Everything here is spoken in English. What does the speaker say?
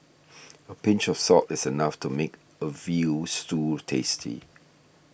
a pinch of salt is enough to make a Veal Stew tasty